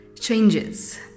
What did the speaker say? Changes